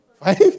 Five